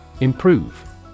Improve